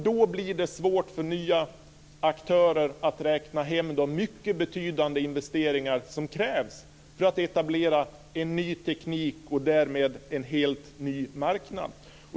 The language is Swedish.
Då blir det svårt för nya aktörer att räkna hem de mycket betydande investeringar som krävs för att etablera en ny teknik och därmed en helt ny marknad.